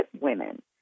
women